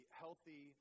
healthy